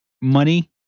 money